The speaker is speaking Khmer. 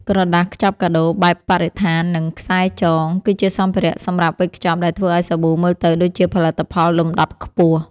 ក្រដាសខ្ចប់កាដូបែបបរិស្ថាន និងខ្សែចង គឺជាសម្ភារៈសម្រាប់វេចខ្ចប់ដែលធ្វើឱ្យសាប៊ូមើលទៅដូចជាផលិតផលលំដាប់ខ្ពស់។